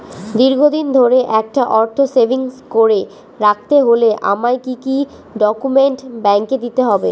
দীর্ঘদিন ধরে একটা অর্থ সেভিংস করে রাখতে হলে আমায় কি কি ডক্যুমেন্ট ব্যাংকে দিতে হবে?